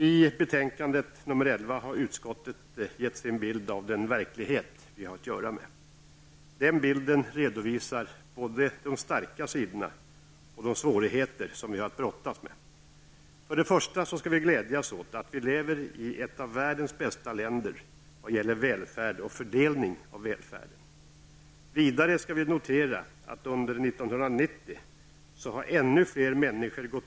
I betänkande 11 ger utskottet sin bild av den verklighet som vi har att göra med. Den bilden redovisar både de starka sidorna och de svårigheter som vi har att brottas med. Först och främst skall vi glädjas åt att vi lever i ett av världens bästa länder vad gäller välfärd och fördelningen av välfärden. Vidare skall vi notera att ännu fler människor har kommit ut på arbetsmarknaden under 1990.